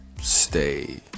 stay